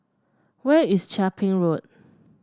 where is Chia Ping Road